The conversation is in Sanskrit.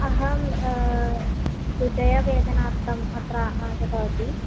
अहं हृदयवेदनार्थम् अत्र आगतवती